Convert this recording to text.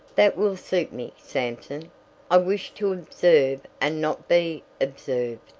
that will suit me, sampson i wish to observe and not be observed,